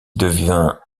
devint